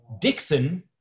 Dixon